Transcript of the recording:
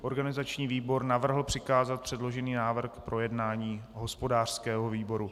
Organizační výbor navrhl přikázat předložený návrh k projednání hospodářskému výboru.